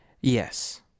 Yes